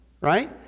right